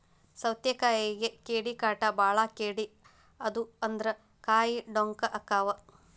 ಸೌತಿಕಾಯಿಗೆ ಕೇಡಿಕಾಟ ಬಾಳ ಕೇಡಿ ಆದು ಅಂದ್ರ ಕಾಯಿ ಡೊಂಕ ಅಕಾವ್